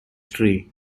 tree